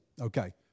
okay